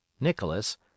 Nicholas